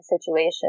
situation